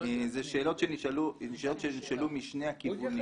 אלה שאלות שנשאלו משני הכיוונים.